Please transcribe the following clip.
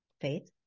Faith